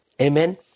Amen